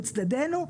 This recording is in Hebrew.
מצדדינו.